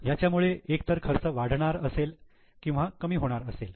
याच्यामुळे एक तर खर्च वाढणार असेल किंवा कमी होणार असेल